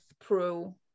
pro